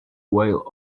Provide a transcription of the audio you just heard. while